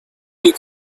you